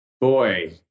Boy